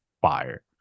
fire